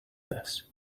this